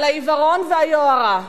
על העיוורון והיוהרה,